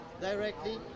directly